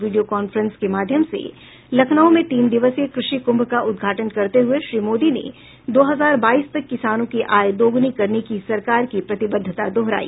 video conference के माध्यम से लखनऊ में तीन दिवसीय कृषि कुंभ का उद्घाटन करते हुए श्री मोदी ने दो हजार बाईस तक किसानों की आय दोगुनी करने की सरकार की प्रतिबद्धता दोहराई